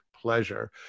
pleasure